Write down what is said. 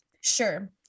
Sure